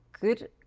good